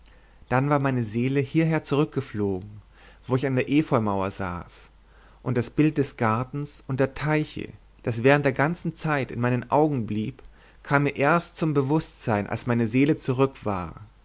dann war meine seele hierher zurückgeflogen wo ich an der efeumauer saß und das bild des gartens und der teiche das während der ganzen zeit in meinen augen blieb kam mir erst zum bewußtsein als meine seele zurück war